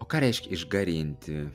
o ką reiškia išgarinti